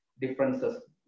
differences